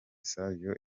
savio